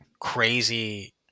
crazy